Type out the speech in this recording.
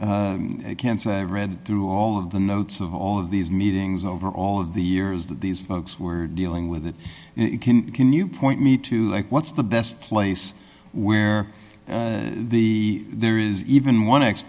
can say i read through all of the notes of all of these meetings over all of the years that these folks were dealing with it and you can can you point me to like what's the best place where the there is even one